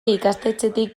ikastetxetik